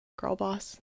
girlboss